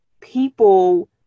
people